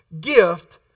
gift